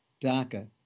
DACA